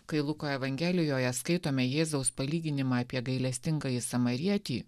kai luko evangelijoje skaitome jėzaus palyginimą apie gailestingąjį samarietį